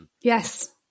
yes